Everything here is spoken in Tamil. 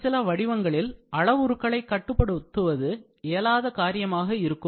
ஒரு சில வடிவங்களில் அளவுருக்களை கட்டுப்படுத்துவது இயலாத காரியமாக இருக்கும்